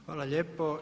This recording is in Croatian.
Hvala lijepo.